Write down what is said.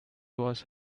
was